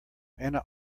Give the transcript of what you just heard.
anna